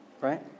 Right